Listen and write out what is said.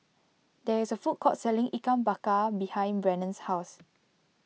there is a food court selling Ikan Bakar behind Brannon's house